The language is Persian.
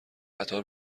قطار